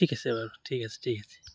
ঠিক আছে বাৰু ঠিক আছে ঠিক আছে